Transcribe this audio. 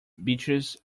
beaches